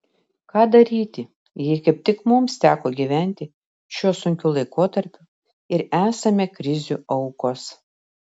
ką daryti jei kaip tik mums teko gyventi šiuo sunkiu laikotarpiu ir esame krizių aukos